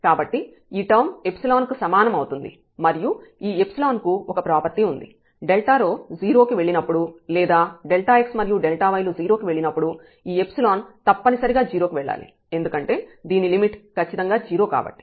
కాబట్టి ఈ టర్మ్ కు సమానం అవుతుంది మరియు ఈ కు ఒక ప్రాపర్టీ ఉంది Δρ 0 కి వెళ్ళినప్పుడు లేదా x మరియు y లు 0 కి వెళ్ళినప్పుడు ఈ తప్పనిసరిగా 0 కి వెళ్ళాలి ఎందుకంటే దీని లిమిట్ ఖచ్చితంగా 0 కాబట్టి